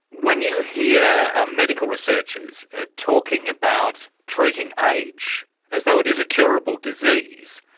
when you hear ah medical researchers ah talking about treating age as though it is a curable disease,